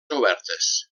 obertes